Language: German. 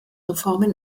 reformen